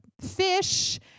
fish